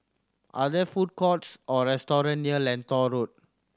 are there food courts or restaurant near Lentor Road